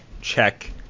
check